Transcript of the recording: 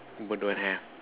d~ don't have